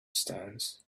stones